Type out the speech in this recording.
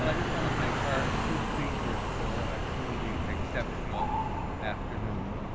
like just want to thank our two speakers for a truly exceptional afternoon.